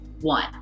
one